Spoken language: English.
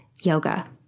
yoga